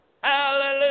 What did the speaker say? Hallelujah